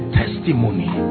testimony